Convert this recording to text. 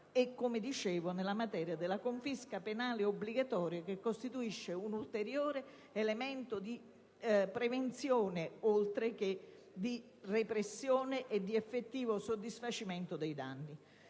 minori e nella materia della confisca penale obbligatoria, che costituisce un ulteriore elemento di prevenzione oltre che di repressione e di effettivo soddisfacimento dei danni.